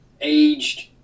aged